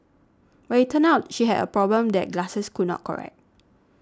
but it turned out she had a problem that glasses could not correct